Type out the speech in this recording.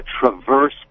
traverse